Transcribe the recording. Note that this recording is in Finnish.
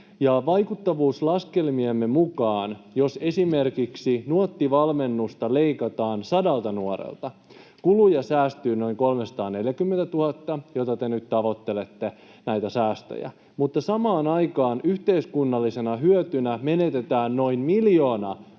Vaikuttavuuslaskelmien mukaan, jos esimerkiksi Nuotti-valmennusta leikataan sadalta nuorelta, kuluja säästyy noin 340 000, niin kuin te nyt tavoittelette näitä säästöjä, mutta samaan aikaan yhteiskunnallisena hyötynä menetetään noin 1